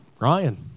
Ryan